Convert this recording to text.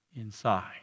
inside